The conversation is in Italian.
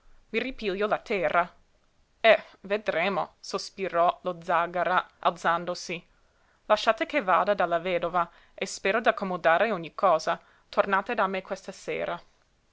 mio i ripiglio la terra eh vedremo sospirò lo zàgara alzandosi lasciate che vada dalla vedova e spero d'accomodare ogni cosa tornate da me questa sera